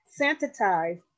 sanitize